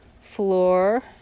Floor